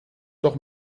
doch